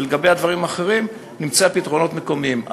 ולגבי הדברים האחרים, נמצא פתרונות מקומיים.